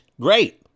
great